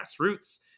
grassroots